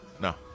No